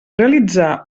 realitzar